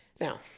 Now